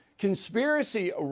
conspiracy